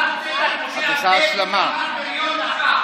אתה הוצאת את משה ארבל כי אמר "בריון".